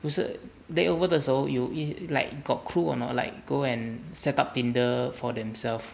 不是 layover 的时候有 like got crew or not like go and set up tinder for themself